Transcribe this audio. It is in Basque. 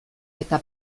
eta